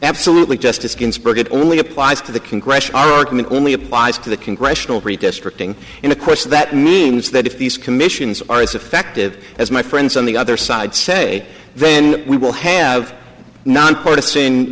absolutely justice ginsburg it only applies to the congressional record only applies to the congressional redistricting in a course that means that if these commissions are as effective as my friends on the other side say then we will have nonpartisan